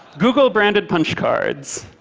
google-branded punch cards.